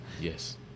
Yes